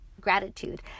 gratitude